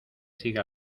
siga